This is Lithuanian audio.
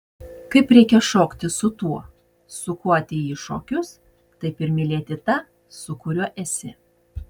kaip reikia šokti su tuo su kuo atėjai į šokius taip ir mylėti tą su kuriuo esi